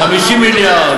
50 מיליארד,